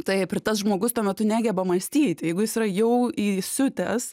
taip ir tas žmogus tuo metu negeba mąstyt jeigu jis yra jau įsiutęs